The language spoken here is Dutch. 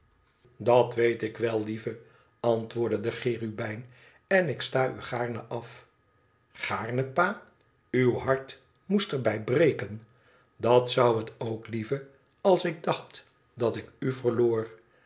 dat weet ik wel lieve antwoordde de cherubijn en ik sta u gaarne af gaarne pa uw hart moest er bij breken dat zou het ook lieve als ik dacht dat ik u verloor